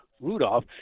Rudolph